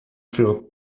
für